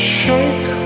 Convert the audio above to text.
shake